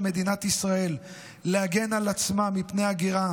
מדינת ישראל להגן על עצמה מפני הגירה